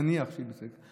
נניח שהיא בסדר,